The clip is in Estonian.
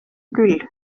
küll